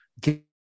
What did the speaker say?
get